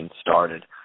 started